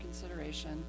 consideration